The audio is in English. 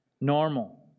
normal